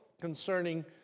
concerning